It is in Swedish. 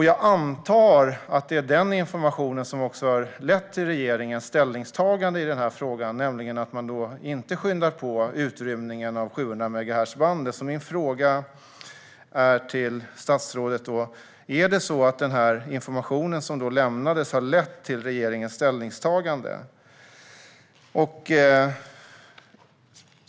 Jag antar att det är den informationen som har lett till regeringens ställningstagande i denna fråga, nämligen att man inte skyndar på utrymningen av 700-megahertzbandet. Min fråga till statsrådet är därför: Har den information som lämnades lett till regeringens ställningstagande?